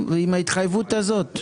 שאלות?